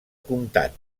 comtat